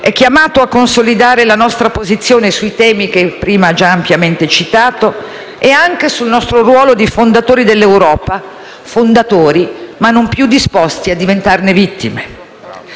è chiamato a consolidare la nostra posizione sui temi che prima ha già ampiamente citato e anche sul nostro ruolo di fondatori dell'Europa; fondatori, ma non più disposti a diventarne vittime.